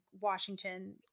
Washington